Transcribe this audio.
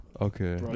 Okay